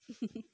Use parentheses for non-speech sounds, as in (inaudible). (laughs)